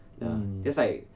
hmm